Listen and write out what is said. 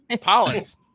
pollens